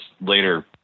later